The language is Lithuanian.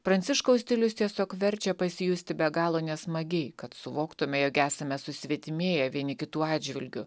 pranciškaus stilius tiesiog verčia pasijusti be galo nesmagiai kad suvoktume jog esame susvetimėję vieni kitų atžvilgiu